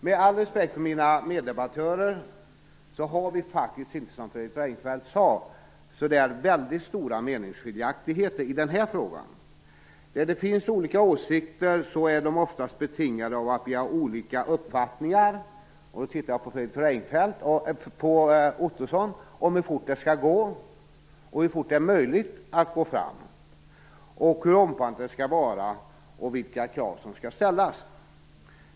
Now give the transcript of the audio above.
Med all respekt för mina meddebattörer har vi faktiskt inte, som Fredrik Reinfeldt sade, så väldigt stora meningsskiljaktigheter i den här frågan. Där det finns olika åsikter är dessa oftast betingade av att vi har olika uppfattningar - och nu tittar jag på Roy Ottosson - om hur fort det skall gå, hur fort det är möjligt att gå fram, hur omfattande det skall vara och vilka krav som skall ställas.